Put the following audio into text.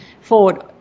forward